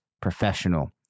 professional